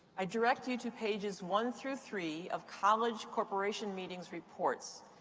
i direct you to pages one through three of college corporation meetings reports.